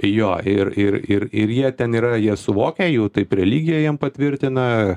jo ir ir ir ir jie ten yra jie suvokia jų taip religija jiem patvirtina